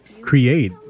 create